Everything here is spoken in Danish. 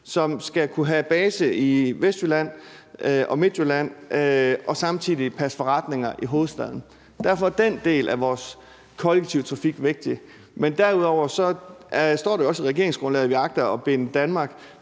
som skal kunne have base i Vestjylland og Midtjylland og samtidig passe forretninger i hovedstaden. Derfor er den del af vores kollektive trafik vigtig. Derudover står det jo også i regeringsgrundlaget, at vi agter at binde Danmark